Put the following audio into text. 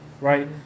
right